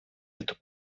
эту